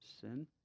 sin